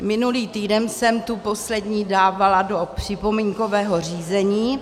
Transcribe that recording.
Minulý týden jsem tu poslední dávala do připomínkového řízení.